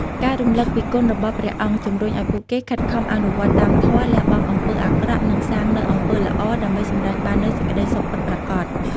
ការរំលឹកពីគុណរបស់ព្រះអង្គ ជំរុញឱ្យពួកគេខិតខំអនុវត្តតាមធម៌ លះបង់អំពើអាក្រក់ និងសាងនូវអំពើល្អ ដើម្បីសម្រេចបាននូវសេចក្ដីសុខពិតប្រាកដ។